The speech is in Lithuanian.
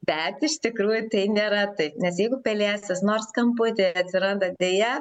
bet iš tikrųjų tai nėra taip nes jeigu pelėsis nors kamputyje atsiranda deja